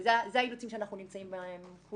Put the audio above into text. זה האילוצים שכולנו נמצאים בהם.